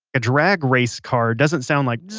a drag race car doesn't sound like